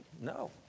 No